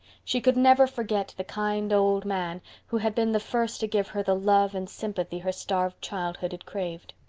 she could never forget the kind old man who had been the first to give her the love and sympathy her starved childhood had craved.